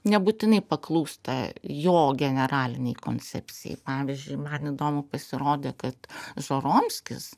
nebūtinai paklūsta jo generalinei koncepcijai pavyzdžiui man įdomu pasirodė kad žoromskis